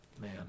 Man